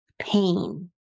pain